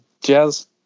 Jazz